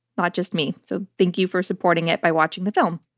not just me. so thank you for supporting it by watching the film.